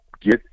get